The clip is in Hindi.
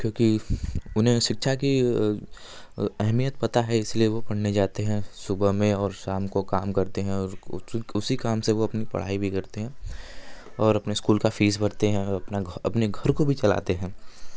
क्योंकि उन्हें शिक्षा की अहमियत पता है इसीलिए वो पढ़ने जाते हैं सुबह में और शाम को काम करते हैं और उसी काम से वो अपनी पढ़ाई भी करते हैं और अपने स्कूल का फ़ीस भरते हैं और अपना अपने घर अपने घर को भी चलाते हैं